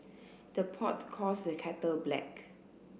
the pot calls the kettle black